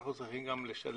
אבל אנחנו צריכים גם לעודד